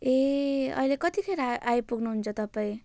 ए अहिले कतिखेर आइपुग्नु हुन्छ तपाईँ